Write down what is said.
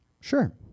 Sure